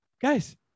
Guys